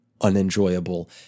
unenjoyable